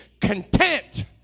content